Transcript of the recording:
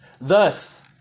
Thus